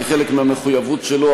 כחלק מהמחויבות שלו,